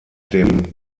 dem